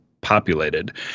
populated